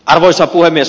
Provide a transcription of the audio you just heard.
arvoisa puhemies